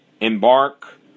embark